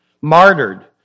martyred